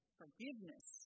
forgiveness